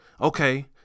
Okay